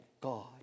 God